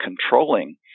controlling